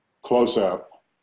close-up